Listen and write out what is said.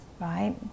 right